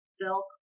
silk